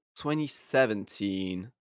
2017